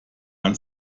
man